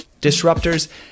disruptors